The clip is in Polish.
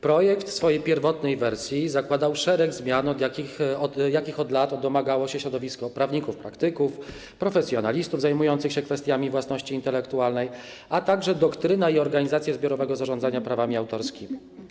Projekt w swojej pierwotnej wersji zakładał szereg zmian, jakich od lat domagało się środowisko prawników praktyków, profesjonalistów zajmujących się kwestiami własności intelektualnej, a także doktryną i organizacją zbiorowego zarządzania prawami autorskimi.